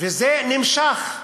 וזה נמשך.